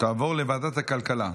תעבור לוועדת הכלכלה.